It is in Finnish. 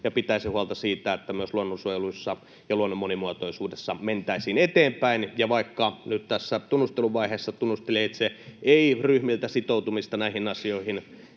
ja pitäisi huolta siitä, että myös luonnonsuojelussa ja luonnon monimuotoisuudessa mentäisiin eteenpäin. Vaikka nyt tässä tunnusteluvaiheessa tunnustelija itse ei ryhmiltä sitoutumista näihin asioihin